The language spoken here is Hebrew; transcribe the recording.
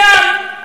לאן?